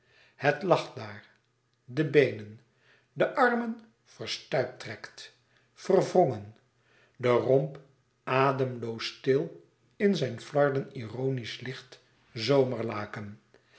het lag daar de beenen de armen verstuiptrekt verwrongen den romp ademloos stil in zijn flarden ironisch licht